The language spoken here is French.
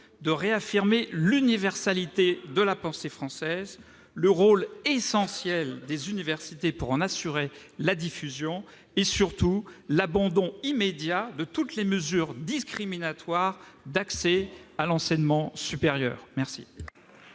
de réaffirmer l'universalité de la pensée française, le rôle essentiel des universités pour en assurer la diffusion et, surtout, l'abandon immédiat de toutes les mesures discriminatoires d'accès à l'enseignement supérieur. La